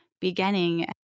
beginning